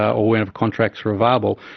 or whenever contracts are available,